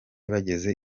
bageze